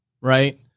right